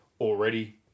already